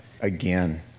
again